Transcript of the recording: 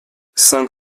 cinq